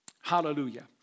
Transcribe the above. Hallelujah